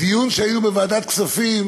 בדיון שהיה בוועדת הכספים